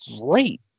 great